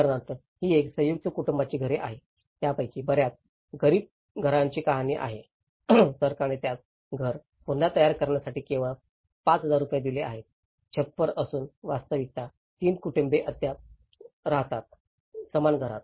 उदाहरणार्थ ही एक संयुक्त कुटूंबाची घरे आणि यापैकी बर्याच गरीब घरांची कहाणी आहे सरकारने त्यांचे घर पुन्हा तयार करण्यासाठी केवळ 5000 रुपये दिले आहेत छप्पर असून वास्तविकता 3 कुटुंबे अद्याप राहतात समान घर